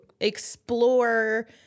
explore